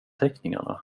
teckningarna